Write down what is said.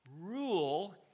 rule